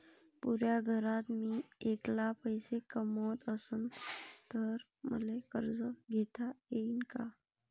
पुऱ्या घरात मी ऐकला पैसे कमवत असन तर मले कर्ज घेता येईन का?